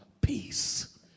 peace